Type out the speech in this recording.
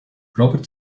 robert